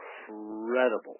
Incredible